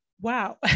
Wow